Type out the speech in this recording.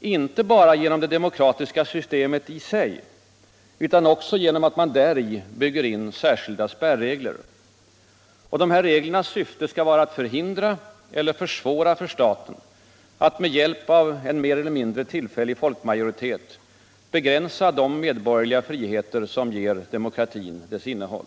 inte bara genom det demokratiska systemet i sig utan också genom att man däri bygger in särskilda spärregler. Dessa reglers syfte skall vara att förhindra eller att försvåra för staten att med hjälp av en mer eller mindre tillfällig folkmajoritet begränsa de medborgerliga friheter som 101 ger demokratin dess innehåll.